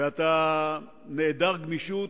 ואתה נעדר גמישות,